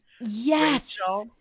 yes